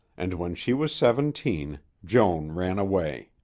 and when she was seventeen, joan ran away.